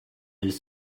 elles